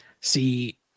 see